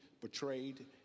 betrayed